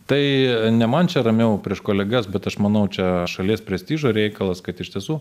tai ne man čia ramiau prieš kolegas bet aš manau čia šalies prestižo reikalas kad iš tiesų